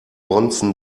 bonzen